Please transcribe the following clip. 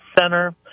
Center